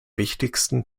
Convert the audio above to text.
wichtigsten